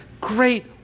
great